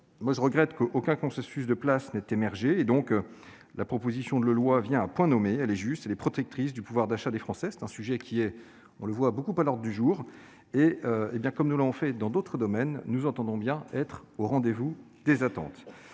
je regrette qu'aucun consensus de place n'ait émergé. Cette proposition de loi vient à point nommé. Elle est juste et protectrice du pouvoir d'achat des Français, un sujet qui est à l'ordre du jour. Comme nous l'avons fait dans d'autres domaines, nous entendons être au rendez-vous des attentes.